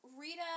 Rita